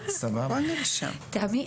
תמי,